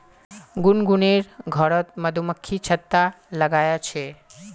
गुनगुनेर घरोत मधुमक्खी छत्ता लगाया छे